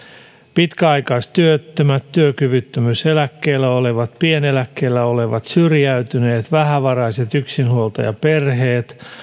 pitkäaikaistyöttömät työkyvyttömyyseläkkeellä olevat pieneläkkeellä olevat syrjäytyneet vähävaraiset yksinhuoltajaperheet